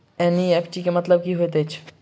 NEFT केँ मतलब की होइत अछि?